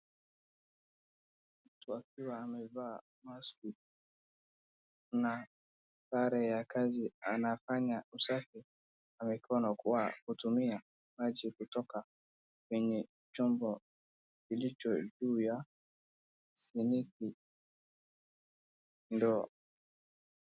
Mtu akiwa amevaa maski na sare ya kazi anafanya usafi wa mikono kwa kutumia maji kutoka kwenye chombo kilicho juu ya siniki ndoo.